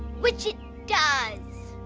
which it does.